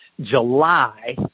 July